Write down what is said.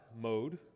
mode